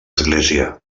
església